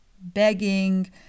begging